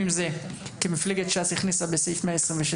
שם מפלגת ש״ס הכניסה בסעיף-126,